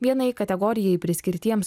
vienai kategorijai priskirtiems